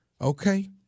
okay